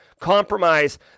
compromise